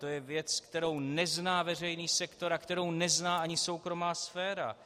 To je věc, kterou nezná veřejný sektor a kterou nezná ani soukromá sféra.